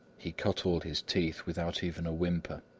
he cut all his teeth without even a whimper.